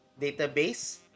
database